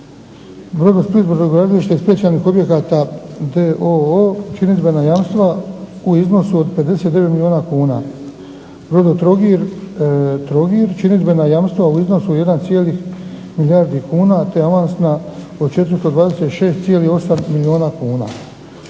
Brodosplit brodogradilište specijalnih objekata d.o.o. činidbena jamstva u iznosu od 59 milijuna kuna, Brodotrogir Trogir činidbena jamstva u iznosu 1, milijardi kuna te avans na po 426,8 milijuna kuna.